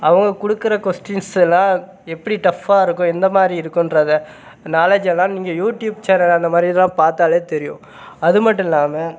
அவங்க கொடுக்கற கொஸ்டின்ஸ் எல்லாம் எப்படி டஃப்பாக இருக்கும் எந்த மாதிரி இருக்குன்றதை நாலேஜ் எல்லாம் நீங்கள் யூடியூப் சேனல் அந்த மாதிரி இதுலாம் பார்த்தாலே தெரியும் அது மட்டும் இல்லாமல்